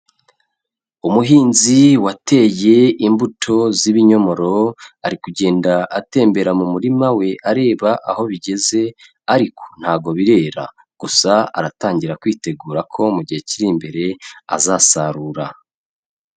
Umuhinzi wateye imbuto z'ibinyomoro arikugenda atembera mu murima we areba aho bigeze ariko ntago birera, gusa aratangira kwitegura ko mu gihe kiri imbere azasarura.